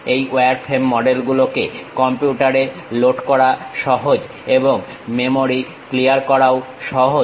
এই wireframe model গুলোকে কম্পিউটারে লোড করা সহজ এবং মেমোরি ক্লিয়ার করাও সহজ